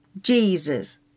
Jesus